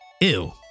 ew